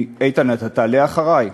איתן, אתה תעלה אחרי?